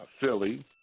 Philly